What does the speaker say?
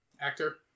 Actor